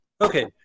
okay